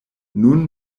nun